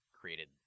created